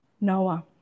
Noah